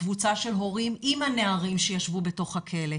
קבוצה של הורים עם הנערים שישבו בכלא.